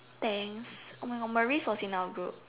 thanks oh my God Malriz was in our group